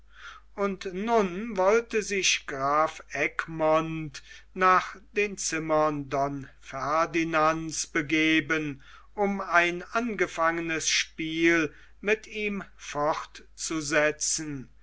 und nun wollte sich graf egmont nach den zimmern don ferdinands begeben um ein angefangenes spiel mit ihm fortzusetzen